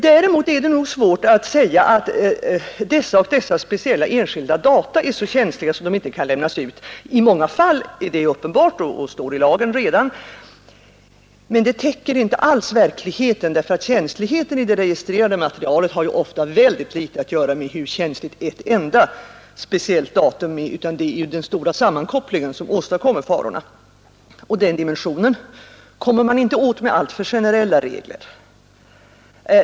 Däremot är det nog svårt att säga att speciella enskilda data är så känsliga att de inte kan lämnas ut. I många fall är det uppenbart och står redan i lagen. Men det täcker inte alls verkligheten; känsligheten i det registrerade materialet har ofta väldigt litet att göra med hur känsligt ett enda speciellt datum är, utan det är den stora sammankopplingen som åstadkommer farorna. Och den dimensionen kommer man inte åt med alltför generella regler.